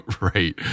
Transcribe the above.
Right